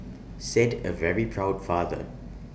said A very proud father